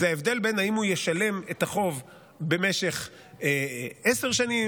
זה ההבדל בין אם הוא ישלם את החוב במשך 10 שנים